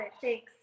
Thanks